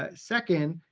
ah second,